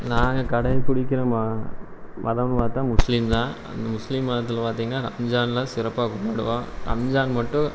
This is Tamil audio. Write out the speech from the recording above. நாங்கள் கடைபிடிக்கிற ம மதம்ன்னு பார்த்தா முஸ்லீம் தான் அந்த முஸ்லீம் மதத்தில் பார்த்திங்கன்னா ரம்ஜான்லாம் சிறப்பாக கொண்டாடுவோம் ரம்ஜான் மட்டும்